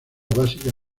básica